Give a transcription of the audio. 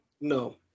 No